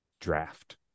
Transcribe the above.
draft